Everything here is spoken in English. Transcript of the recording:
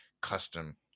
custom